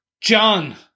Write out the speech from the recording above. John